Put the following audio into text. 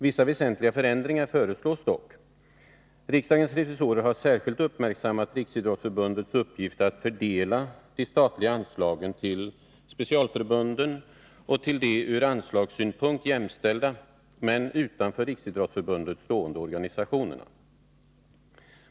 Vissa väsentliga förändringar föreslås dock. Riksdagens revisorer har särskilt uppmärksammat Riksidrottsförbundets uppgift att fördela de statliga anslagen till specialförbunden och till de ur anslagssynpunkt jämställda men utanför Riksidrottsförbundet stående organisationerna.